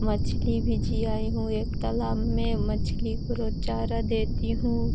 मछली भी जियाई हूँ एक तालाब में और मछली को रोज़ चारा देती हूँ